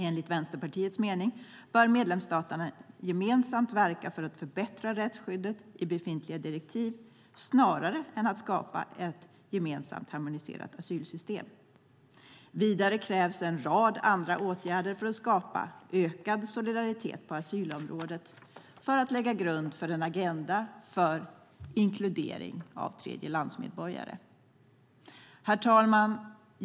Enligt Vänsterpartiets mening bör medlemsstaterna gemensamt verka för att förbättra rättsskyddet i befintliga direktiv snarare än att skapa ett gemensamt harmoniserat asylsystem. Vidare krävs en rad andra åtgärder för att skapa ökad solidaritet på asylområdet för att lägga grund för en agenda för inkludering av tredjelandsmedborgare. Herr talman!